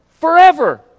forever